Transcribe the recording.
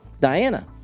Diana